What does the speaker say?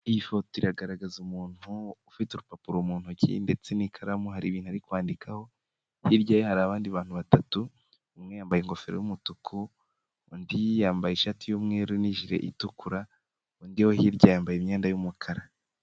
Iyi foto iragaragaza umuntu ufite urupapuro mu ntoki ndetse n'ikaramu hari ibintu ari kwandikaho, hirya ye hari abandi bantu batatu, umwe yambaye ingofero y'umutuku, undi yambaye ishati y'umweru n'ijiri itukura, undi wo hirya yambaye imyenda y'umukara.